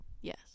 yes